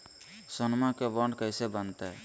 सोनमा के बॉन्ड कैसे बनते?